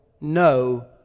No